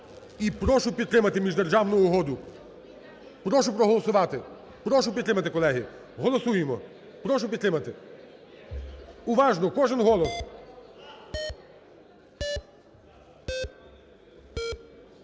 і прошу підтримати міждержавну угоду. Прошу проголосувати. Прошу підтримати, колеги. Голосуємо. Прошу підтримати. Уважно! Кожний голос!